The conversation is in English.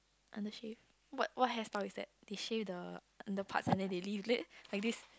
under shave what what hairstyle is that they shave the underpart and they leave it like this